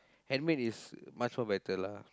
handmade is much more better lah